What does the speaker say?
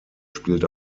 spielt